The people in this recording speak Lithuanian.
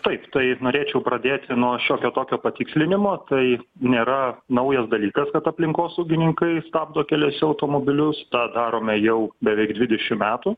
taip tai norėčiau pradėti nuo šiokio tokio patikslinimo tai nėra naujas dalykas kad aplinkosaugininkai stabdo keliuose automobilius tą darome jau beveik dvidešimt metų